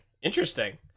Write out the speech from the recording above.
Interesting